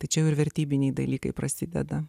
tačiau ir vertybiniai dalykai prasideda